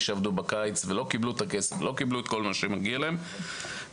שעבדו בקיץ ולא קיבלו את כל הכסף ואת כל מה שמגיע להם וכו'.